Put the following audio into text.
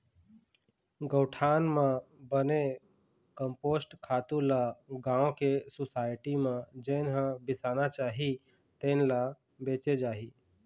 गउठान म बने कम्पोस्ट खातू ल गाँव के सुसायटी म जेन ह बिसाना चाही तेन ल बेचे जाही